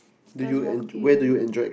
just walking